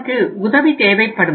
நமக்கு உதவி தேவைப்படும்